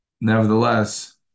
nevertheless